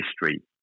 history